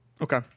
Okay